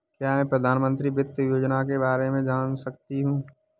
क्या मैं प्रधानमंत्री वित्त योजना के बारे में जान सकती हूँ?